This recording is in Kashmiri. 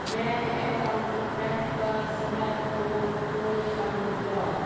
میٛانہِ اٮ۪کاوُنٛٹ پٮ۪ٹھ کَر زُمیٹو ہولٹنٛگ بٕلاک